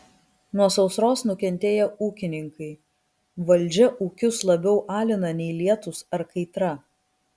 nuo sausros nukentėję ūkininkai valdžia ūkius labiau alina nei lietūs ar kaitra